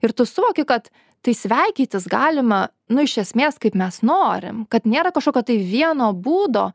ir tu suvoki kad tai sveikintis galima nu iš esmės kaip mes norim kad nėra kažkokio tai vieno būdo